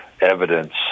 evidence